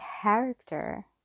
character